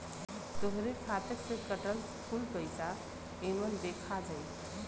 तोहरे खाते से कटल कुल पइसा एमन देखा जाई